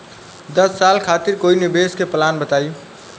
दस साल खातिर कोई निवेश के प्लान बताई?